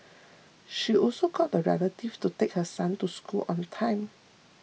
she also got a relative to take her son to school on time